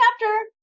chapter